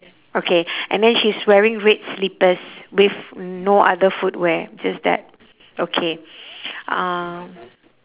okay and then she's wearing red slippers with no other footwear just that okay um